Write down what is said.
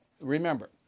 remember